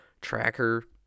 tracker